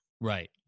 Right